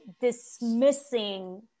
dismissing